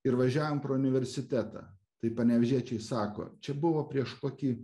ir važiavom pro universitetą tai panevėžiečiai sako čia buvo prieš kokį